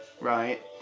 right